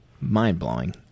mind-blowing